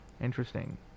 Interesting